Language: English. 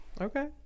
Okay